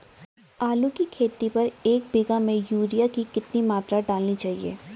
आलू की खेती पर एक बीघा में यूरिया की कितनी मात्रा डालनी चाहिए?